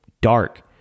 dark